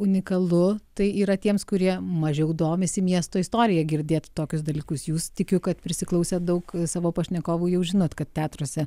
unikalu tai yra tiems kurie mažiau domisi miesto istorija girdėt tokius dalykus jūs tikiu kad prisiklausę daug savo pašnekovų jau žinot kad teatruose